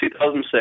2006